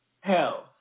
hell